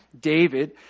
David